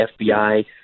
FBI